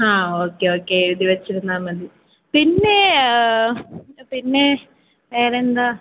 ആ okay okay എഴുതി വച്ചിരുന്നാൽ മതി പിന്നേ പിന്നെ വേറെ എന്താണ്